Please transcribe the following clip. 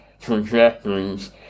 trajectories